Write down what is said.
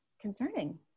concerning